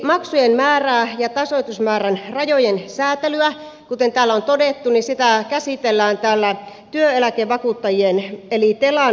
maksujen määrää ja tasoitusmäärän rajojen säätelyä kuten täällä on todettu käsitellään työeläkevakuuttajien eli telan laskuperustejaoksessa